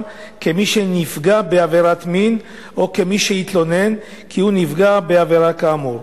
כמי שנפגע בעבירת מין או כמי שהתלונן כי הוא נפגע בעבירה כאמור.